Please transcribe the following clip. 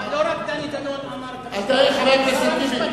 אבל לא רק דני דנון אמר את המשפט הזה.